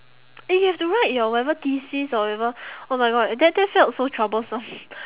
and you have to write your whatever thesis or whatever oh my god that that felt so troublesome